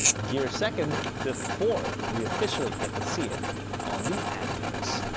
gear second before we officially get to see it on the animes.